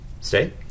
Stay